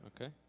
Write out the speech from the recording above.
Okay